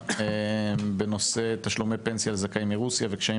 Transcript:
נעסוק בנושא תשלומי פנסיה לזכאים מרוסיה וקשיים